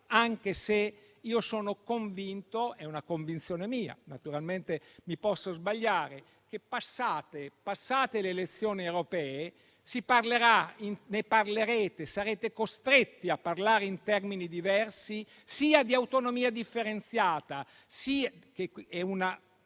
anche se io sono convinto - è una convinzione mia, naturalmente mi posso sbagliare - che, passate le elezioni europee, sarete costretti a parlare in termini diversi sia di autonomia differenziata - come dicevo prima,